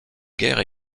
guerre